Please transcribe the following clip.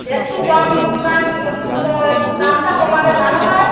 একটু কম দাম ক একটু দামটা কমালে ভালো হয়